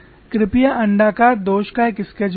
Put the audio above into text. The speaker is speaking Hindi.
कृपया अण्डाकार दोष का एक स्केच बनाएं